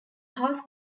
half